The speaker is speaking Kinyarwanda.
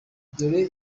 dore